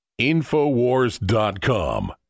infowars.com